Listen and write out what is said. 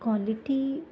quality